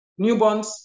newborns